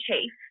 chief